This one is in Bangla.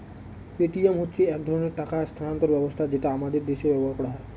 পেটিএম হচ্ছে এক ধরনের টাকা স্থানান্তর ব্যবস্থা যেটা আমাদের দেশে ব্যবহার করা হয়